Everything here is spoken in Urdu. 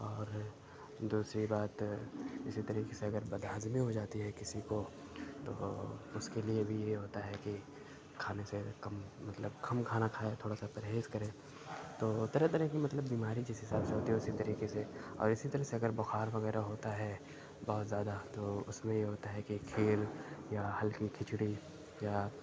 اور دوسری بات اسی طریقے سے اگر بدہضمی ہو جاتی ہے کسی کو تو اس کے لیے بھی یہ ہوتا ہے کہ کھانے سے کم مطلب کم کھانا کھائے تھوڑا سا پرہیز کرے تو طرح طرح کی مطلب بیماری جس حساب سے ہوتی ہے اسی طریقے سے اور اسی طرح سے اگر بخار وغیرہ ہوتا ہے بہت زیادہ تو اس میں یہ ہوتا ہے کہ کھیر یا ہلکی کھچڑی یا